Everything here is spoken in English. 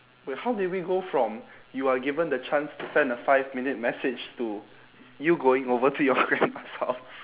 wait how did we go from you are given the chance to send a five minute message to you going over to your grandma's house